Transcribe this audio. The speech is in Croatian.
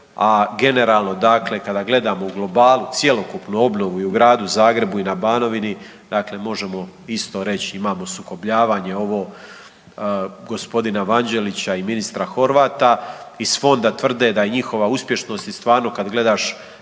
a generalno dakle kada gledamo u globalu cjelokupnu obnovu i u gradu Zagrebu i na Banovini, dakle možemo isto reć imamo sukobljavanje ovo g. Vanđelića i ministra Horvata. Iz fonda tvrde da je njihova uspješnost i stvarno kad gledaš